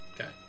Okay